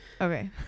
Okay